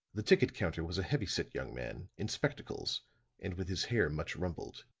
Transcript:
the ticket counter was a heavy-set young man, in spectacles and with his hair much rumpled.